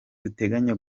uteganya